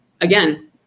again